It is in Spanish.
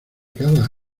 cada